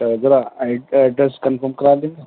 ذرا address confirm کرا دیں گے